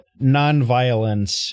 nonviolence